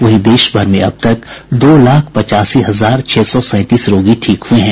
वहीं देश भर में अब तक दो लाख पचासी हजार छह सौ सैंतीस रोगी ठीक हुए हैं